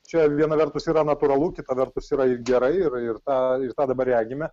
čia viena vertus yra natūralu kita vertus yra gerai ir ir tą ir tą dabar regime